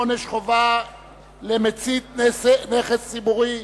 עונש חובה למצית נכס ציבורי),